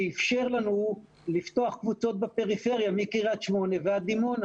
שאפשר לנו לפתוח קבוצות בפריפריה מקריית שמונה ועד דימונה.